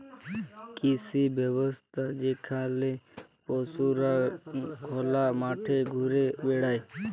কৃষি ব্যবস্থা যেখালে পশুরা খলা মাঠে ঘুরে বেড়ায়